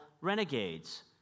renegades